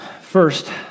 first